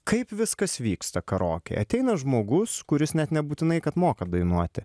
kaip viskas vyksta karaokėj ateina žmogus kuris net nebūtinai kad moka dainuoti